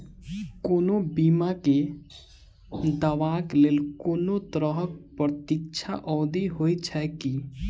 कोनो बीमा केँ दावाक लेल कोनों तरहक प्रतीक्षा अवधि होइत छैक की?